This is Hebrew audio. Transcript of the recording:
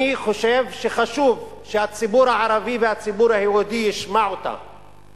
אני חושב שחשוב שהציבור הערבי והציבור היהודי ישמעו אותה.